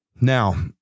Now